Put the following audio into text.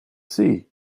sea